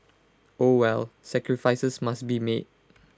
oh well sacrifices must be made